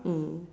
mm